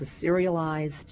serialized